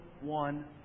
one